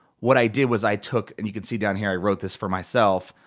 what i did was i took, and you can see down here i wrote this for myself.